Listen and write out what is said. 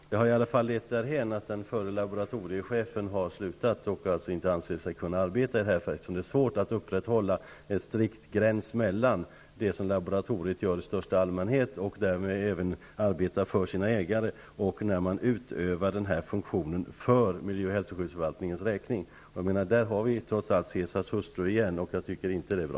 Herr talman! Det har i alla fall lett till att den förre laboratoriechefen slutat. Han anser sig inte kunna arbeta vid laboratoriet, eftersom det är svårt att upprätthålla en strikt gräns mellan å ena sidan det som laboratoriet gör i största allmänhet och när det arbetar för sina ägare och å andra sidan när laboratoriet har funktionen att arbeta för miljö och hälsoskyddsförvaltningens räkning. Jag menar att vi här trots allt har att göra med ''Caesars hustru'', och det tycker jag inte är bra.